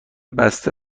بسته